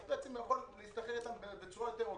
בעצם הוא יכול להסתנכרן איתם בצורה יותר הוגנת.